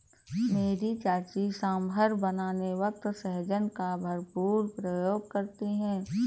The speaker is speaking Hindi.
मेरी चाची सांभर बनाने वक्त सहजन का भरपूर प्रयोग करती है